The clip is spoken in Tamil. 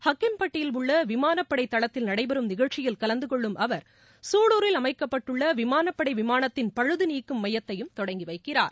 ஹக்கிம்பட்டியில் உள்ள விமான படை தளத்தில் நடைபெறும் நிகழ்ச்சியில் கலந்து கொள்ளும் அவர் சூலூரில் அமைக்கப்பட்டுள்ள விமானப்படை விமானத்தின் பழுது நீக்கம் மையத்தையும் தொடங்கி வைக்கிறார்